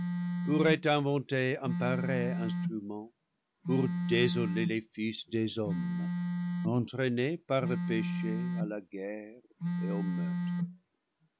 pourrait inventer un pareil instrument pour désoler les fils des hommes entraînés par le péché à la guerre et au meurtre